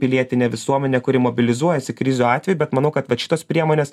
pilietinę visuomenę kuri mobilizuojasi krizių atveju bet manau kad vat šitos priemonės